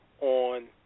on